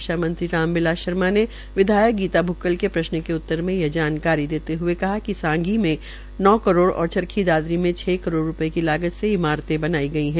शिक्षा मंत्री राम बिलास शर्मा ने विधायक गीता भुक्कल के प्रश्न के उत्तर में यह जानकारी देते हए कहा कि सांघी में नौ करोड़ और चारखी दादरी में छ करोड़ रूपये की लागत से इमारते बनाई गई है